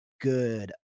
good